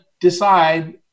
decide